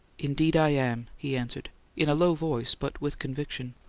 indeed i am, he answered in a low voice, but with conviction.